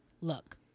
Look